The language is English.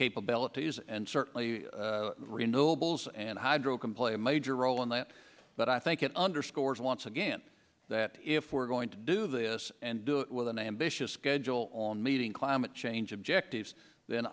capabilities and certainly renewables and hydro can play major role in that but i think it underscores once again that if we're going to do this and do it with an ambitious schedule on meeting climate change objectives then